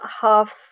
half